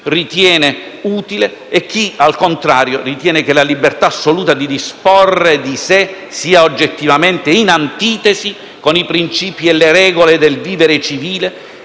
più utile, e chi, al contrario, ritiene che la libertà assoluta di disporre di sé sia oggettivamente in antitesi con i principi e le regole del vivere civile